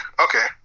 Okay